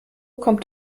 kommt